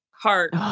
Heart